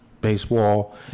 baseball